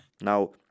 now